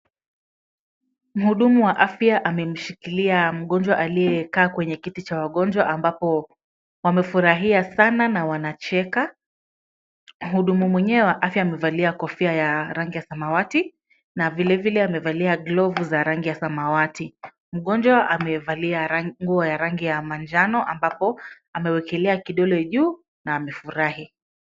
Mhudumu wa afya amemshikilia mgonjwa aliyekaa kwenye kiti cha wagonjwa ambapo wamefurahia sana na wanacheka. Mhudumu mwenyewe wa afya amevalia kofia ya rangi ya samawati na vilevile amevalia glovu za rangi ya samawati. Mgonjwa amevalia nguo ya rangi ya manjano ambapo amewekelea kidole juu na amefurahi.